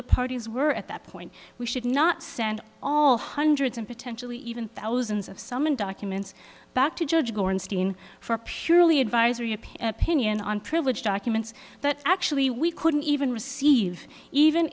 the parties were at that point we should not send all hundreds and potentially even thousands of summon documents back to judge borenstein for purely advisory opinion on privileged documents that actually we couldn't even receive even